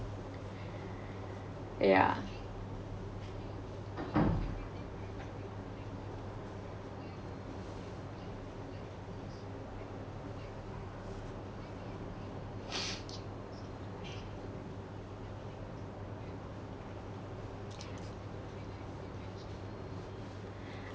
yeah